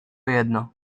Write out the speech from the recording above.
jedno